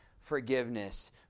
forgiveness